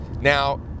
Now